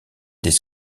des